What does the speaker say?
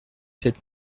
sept